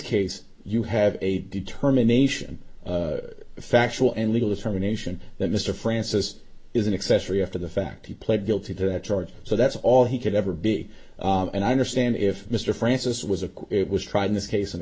case you have a determination the factual and legal determination that mr francis is an accessory after the fact he pled guilty to that charge so that's all he could ever be and i understand if mr francis was a it was tried in this case and